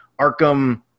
arkham